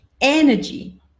Energy